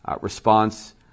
response